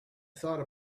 thought